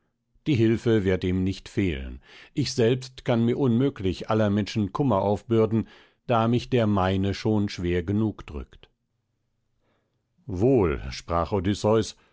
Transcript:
die hilfe wird ihm nicht fehlen ich selbst kann mir unmöglich aller menschen kummer aufbürden da mich der meine schon schwer genug drückt wohl sprach